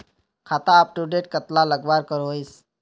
खाता अपटूडेट कतला लगवार करोहीस?